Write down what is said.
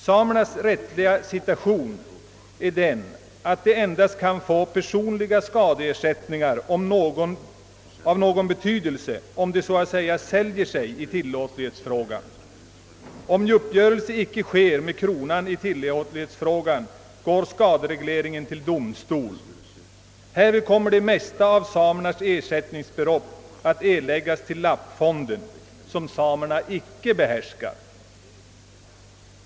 Samernas rättsliga situation är den att de endast kan erhålla personliga skadeersättningar av någon betydelse, om de så att säga säljer sig i tillåtlighetsfrågan. Därest en uppgörelse icke sker med kronan i tillåtlighetsfrågan går frågan om skadereglering till domstol för avgörande. Därvid kommer det mesta av samernas ersättningsbelopp att läggas till lappfonden som samerna icke behärskar.